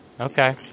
Okay